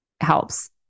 helps